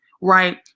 right